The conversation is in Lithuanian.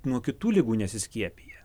nuo kitų ligų nesiskiepija